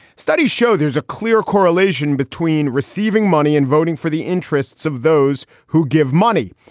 studies show there's a clear correlation between receiving money and voting for the interests of those who give money.